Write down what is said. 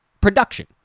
production